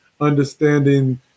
understanding